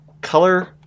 color